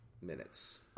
minutes